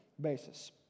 basis